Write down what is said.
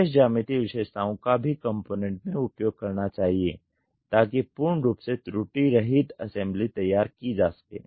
विशेष ज्यामितीय विशेषताओं का भी कॉम्पोनेन्ट में उपयोग करना चाहिए ताकि पूर्ण रूप से त्रुटिरहित असेंबली तैयार की जा सके